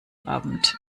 abend